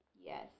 Yes